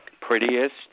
prettiest